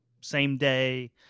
same-day